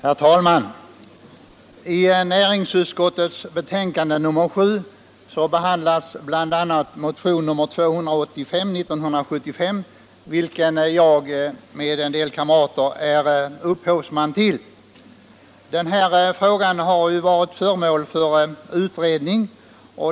Herr talman! I näringsutskottets betänkande nr 7 behandlas bl.a. motionen 285 år 1975, vilken jag är upphovsman till tillsammans med några kamrater. Den här frågan har varit föremål för en utredning.